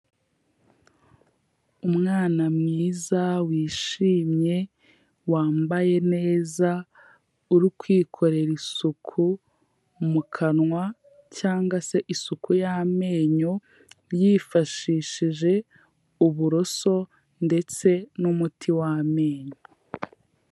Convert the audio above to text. Umwana mwiza wishimye wambaye neza, uri kwikorera isuku mu kanwa cyangwa se isuku y'amenyo yifashishije uburoso ndetse n'umuti w' amenyo.